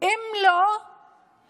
אם לא הממשלה?